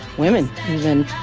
women even